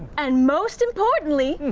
and most importantly,